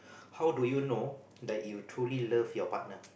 how do you know that you truly love your partner